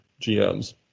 GMs